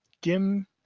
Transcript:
Gim